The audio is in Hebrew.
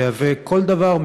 אפשר לייבא כל דבר,